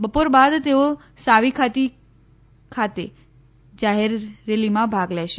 બપોર બાદ તેઓ સાવીખાતી ખાતે જાહેર રેલીમાં ભાગ લેશે